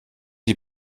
die